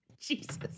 Jesus